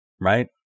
right